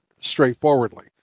straightforwardly